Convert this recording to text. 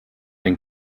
den